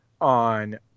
on